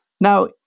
Now